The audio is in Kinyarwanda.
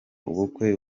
ubukwe